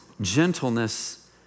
gentleness